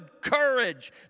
courage